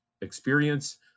experience